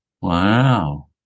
Wow